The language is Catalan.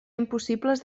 impossibles